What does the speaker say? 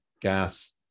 Gas